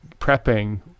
prepping